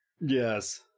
Yes